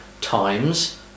times